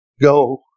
go